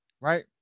right